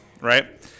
right